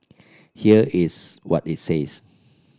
here is what it says